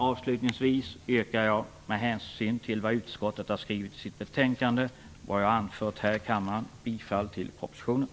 Avslutningsvis yrkar jag, med hänvisning till vad utskottet har skrivit i sitt betänkande och vad jag har anfört här i kammaren, bifall till propositionen.